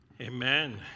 Amen